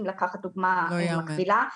אם לקחת דוגמה מקבילה -- לא ייאמן.